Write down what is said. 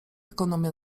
ekonomię